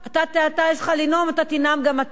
אתה יש לך נאום, תנאם גם אתה.